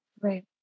Right